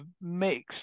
mixed